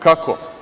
Kako?